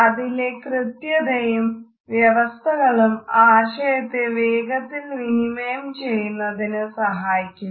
അതിലെ കൃത്യതയും വ്യവസ്ഥകളും ആശയത്തെ വേഗത്തിൽ വിനിമയം ചെയ്യുന്നതിന് സഹായിക്കുന്നു